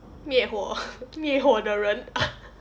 灭火灭火的人